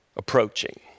approaching